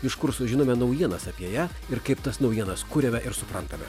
iš kur sužinome naujienas apie ją ir kaip tas naujienas kuriame ir suprantame